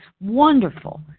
wonderful